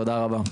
תודה רבה.